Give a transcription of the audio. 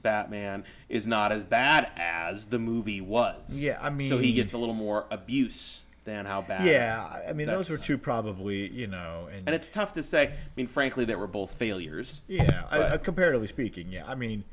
batman is not as bad as the movie was yeah i mean he gets a little more abuse than how bad yeah i mean i was there too probably you know and it's tough to say i mean frankly they were both failures comparatively speaking yeah i mean